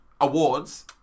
Awards